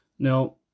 Now